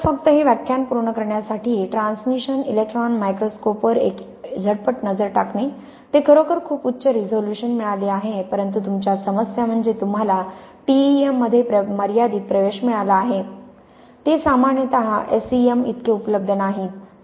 तर फक्त हे व्याख्यान पूर्ण करण्यासाठी ट्रान्समिशन इलेक्ट्रॉन मायक्रोस्कोपवर एक झटपट नजर टाकणे ते खरोखर खूप उच्च रिझोल्यूशन मिळाले आहे परंतु तुमच्या समस्या म्हणजे तुम्हाला टी ई एम मध्ये मर्यादित प्रवेश मिळाला आहे ते सामान्यतः एस ई एम इतके उपलब्ध नाहीत